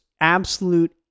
absolute